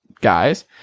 guys